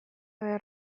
behar